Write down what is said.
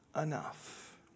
enough